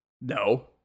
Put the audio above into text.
No